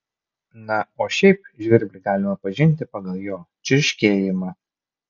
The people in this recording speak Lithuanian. na o šiaip žvirblį galima pažinti pagal jo čirškėjimą